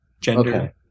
gender